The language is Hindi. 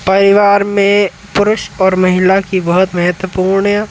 परिवार में पुरुष और महिला की बहुत महत्वपूर्ण